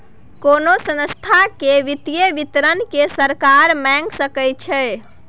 कोनो संस्था केर वित्तीय विवरण केँ सरकार मांगि सकै छै